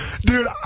dude